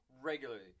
regularly